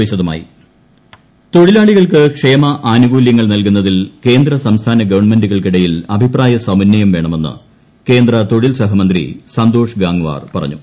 കേന്ദ്ര തൊഴിൽ സഹമന്ത്രി തൊഴിലാളികൾക്ക് ക്ഷേമ ആനുകൂല്യങ്ങൾ നൽകുന്നതിൽ കേന്ദ്ര സംസ്ഥാന ഗവൺമെന്റുകൾക്കിടയിൽ അഭിപ്രായ സമന്വയം വേണമെന്ന് കേന്ദ്ര തൊഴിൽ സഹമന്ത്രി സന്തോഷ് ഗാങ്വാർ പറഞ്ഞു